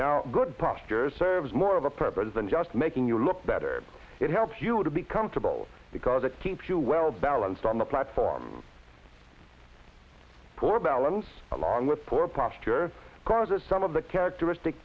now good posture serves more of a purpose than just making you look better it helps you to be comfortable because it keeps you well balanced on the platform poor balance along with poor posture causes some of the characteristic